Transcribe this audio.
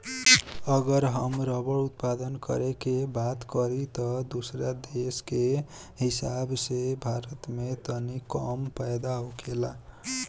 अगर हम रबड़ उत्पादन करे के बात करी त दोसरा देश के हिसाब से भारत में तनी कम पैदा होखेला